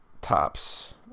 tops